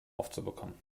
aufzubekommen